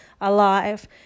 alive